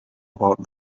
about